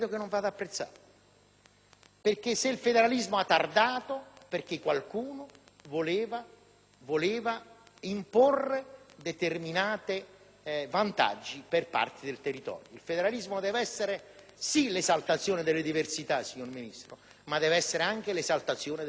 se il federalismo ha tardato è perché qualcuno voleva imporre determinati vantaggi per alcune parti del territorio. Il federalismo deve essere sì l'esaltazione delle diversità, signor Ministro, ma deve essere anche l'esaltazione della solidarietà massima